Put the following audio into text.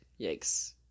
Yikes